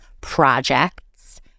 projects